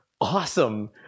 awesome